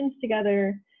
together